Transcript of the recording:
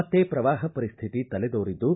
ಮತ್ತೆ ಪ್ರವಾಹ ಪರಿಸ್ಠಿತಿ ತಲೆದೋರಿದ್ದು